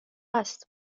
است